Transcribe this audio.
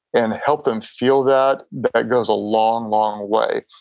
and help them feel that. that goes a long, long way.